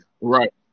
Right